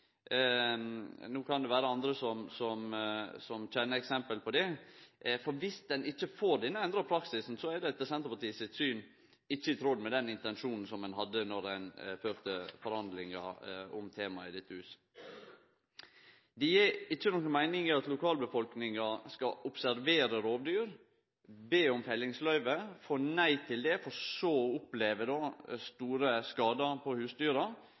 no kan det vere andre som kjenner til eksempel på det – for dersom ein ikkje får denne endra praksisen, er det etter Senterpartiet sitt syn ikkje i tråd med den intensjonen ein hadde då ein førte forhandlingar om temaet i dette huset. Det er inga meining i at lokalbefolkninga skal observere rovdyr, be om fellingsløyve, få nei til det, for så å oppleve store skadar på husdyra,